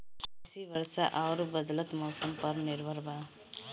कृषि वर्षा आउर बदलत मौसम पर निर्भर बा